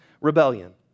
rebellion